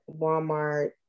Walmart